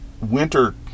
winter